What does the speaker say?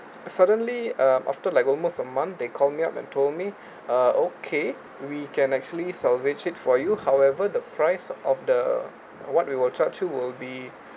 suddenly uh after like almost a month they call me up and told me uh okay we can actually salvage it for you however the price of the what we will charge you will be